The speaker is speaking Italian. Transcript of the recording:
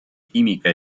chimica